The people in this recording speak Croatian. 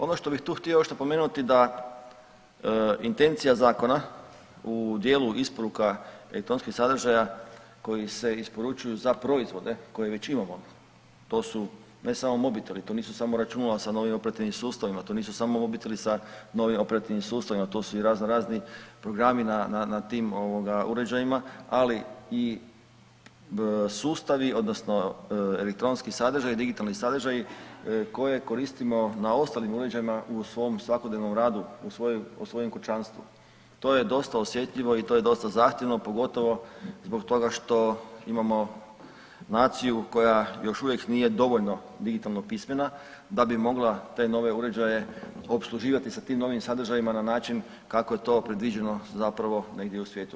Ono što bi tu htio još napomenuti da intencija zakona u dijelu isporuka elektronskih sadržaja koji se isporučuju za proizvode koje već imamo, to su ne samo mobiteli, to nisu samo računala sa novim operativnim sustavima, to nisu samo mobiteli sa novim operativnim sustavima to su i raznorazni programi na tim uređajima, ali i sustavi odnosno elektronski sadržaji, digitalni sadržaji koje koristimo na ostalim uređajima u svom svakodnevnom radu u svojem kućanstvu to je dosta osjetljivo i to je dosta zahtjevno, pogotovo zbog toga što imamo naciju koja još uvijek nije dovoljno digitalno pismena da bi mogla te nove uređaje opsluživati sa tim novim sadržajima na način kako je to predviđeno negdje u svijetu.